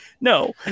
No